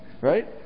right